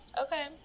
okay